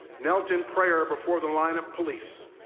knelt in prayer before the line of police,